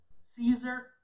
Caesar